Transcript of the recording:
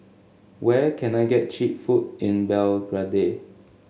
where can I get cheap food in Belgrade